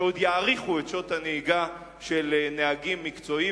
שעוד יאריכו את שעות הנהיגה של נהגים מקצועיים,